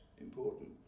important